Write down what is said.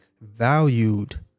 valued